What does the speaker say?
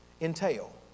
entail